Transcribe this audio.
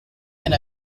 with